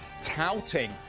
touting